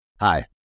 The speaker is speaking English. Hi